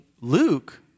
Luke